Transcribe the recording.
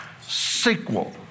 Sequel